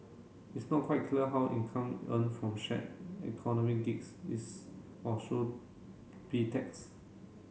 it's not quite clear how income earned from shared economy gigs is or should be taxed